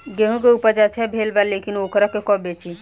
गेहूं के उपज अच्छा भेल बा लेकिन वोकरा के कब बेची?